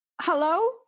Hello